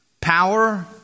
power